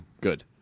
Good